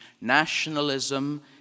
Nationalism